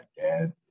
dad